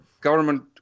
government